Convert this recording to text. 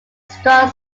strong